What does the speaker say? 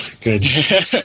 Good